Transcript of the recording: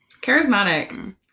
charismatic